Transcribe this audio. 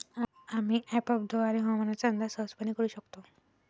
आम्ही अँपपद्वारे हवामानाचा अंदाज सहजपणे करू शकतो